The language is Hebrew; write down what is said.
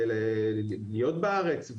להיות בארץ,